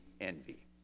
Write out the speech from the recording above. envy